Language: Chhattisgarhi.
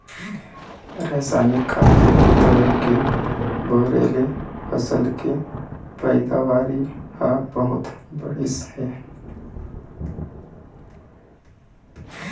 रसइनिक खातू, दवई के बउरे ले फसल के पइदावारी ह बहुत बाढ़िस हे